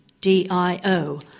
DIO